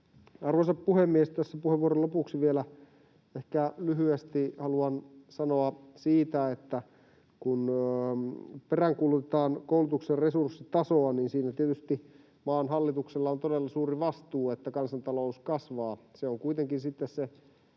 Arvoisa puhemies! Tässä puheenvuoron lopuksi vielä ehkä lyhyesti haluan sanoa siitä, että kun peräänkuulutetaan koulutuksen resurssitasoa, niin siinä tietysti maan hallituksella on todella suuri vastuu, että kansantalous kasvaa.